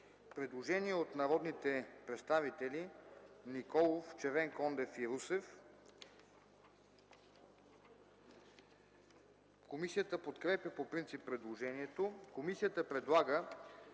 Предложение от народните представители Николов, Червенкондев и Русев. Комисията подкрепя по принцип предложението. Комисията предлага